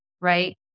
Right